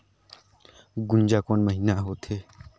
गुनजा कोन महीना होथे?